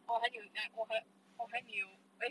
我还有 ah 我还我还你有 eh